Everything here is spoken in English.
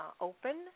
open